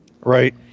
Right